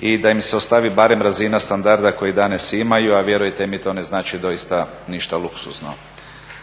i da im se ostavi barem razina standarda koji danas imaju, a vjerujte mi, to ne znači doista ništa luksuzno.